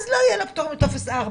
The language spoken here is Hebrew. אז לא יהיה לו פטור מטופס 4,